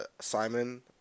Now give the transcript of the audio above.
Simon